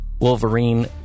Wolverine